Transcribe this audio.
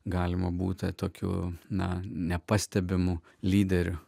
galima būti tokiu na nepastebimu lyderiu